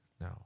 no